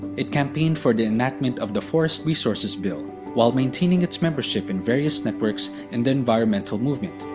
it campaigned for the enactment of the forest resources bill, while maintaining its membership in various networks in the environmental movement,